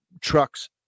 trucks